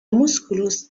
musculus